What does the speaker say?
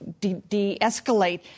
de-escalate